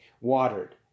watered